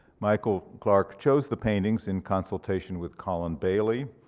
michael clarke chose the paintings in consultation with collin bailey,